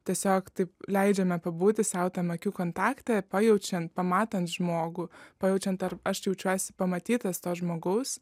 tiesiog taip leidžiame pabūti sau tam akių kontakte pajaučiant pamatant žmogų pajaučiant ar aš jaučiuosi pamatytas to žmogaus